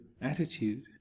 attitude